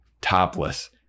topless